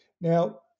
Now